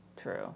true